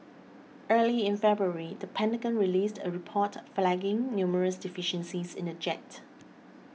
early in February the Pentagon released a report flagging numerous deficiencies in the jet